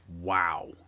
Wow